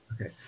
Okay